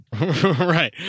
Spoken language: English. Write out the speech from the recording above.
right